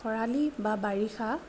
খৰালি বা বাৰিষা